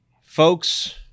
folks